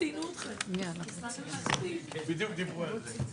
הישיבה ננעלה בשעה 10:44.